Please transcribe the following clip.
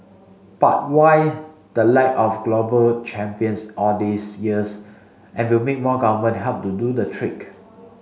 but why the lack of global champions all these years and will more government help do the trick